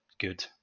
good